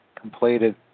completed